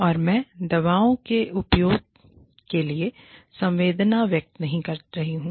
और मैं दवाओं के उपयोग के लिए संवेदना व्यक्त नहीं कर रही हूं